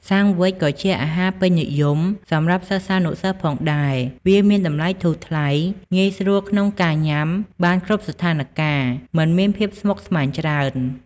សាំងវ៉ិចក៏ជាអាហាពេញនិយមសម្រាប់សិស្សានុសិស្សផងដែរ វាមានតម្លៃធូរថ្លៃ ងាយស្រួលក្នុងការញាំបានគ្រប់ស្ថានការណ៍មិនមានភាពស្មុគស្មាញច្រើន។